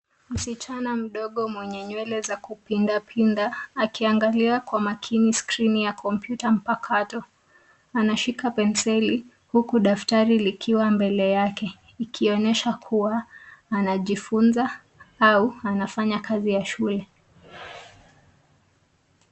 Msichana mdogo mwenye nywele za kupinda pinda akiangalia kwa makini skrini ya kompyuta mpakato. Anashika penseli huku daftari likiwa mbele yake ikionyesha kuwa anajifunza au anafanya kazi ya shule.